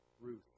Ruth